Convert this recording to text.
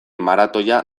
maratoia